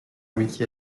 wiki